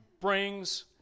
brings